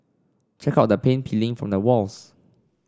check out the paint peeling from the walls